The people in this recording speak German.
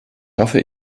hoffe